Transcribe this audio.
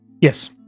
Yes